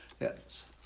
Yes